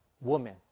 woman